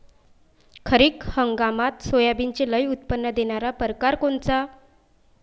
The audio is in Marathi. खरीप हंगामात सोयाबीनचे लई उत्पन्न देणारा परकार कोनचा?